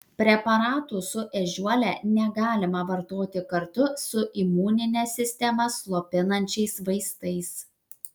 preparatų su ežiuole negalima vartoti kartu su imuninę sistemą slopinančiais vaistais